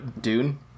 Dune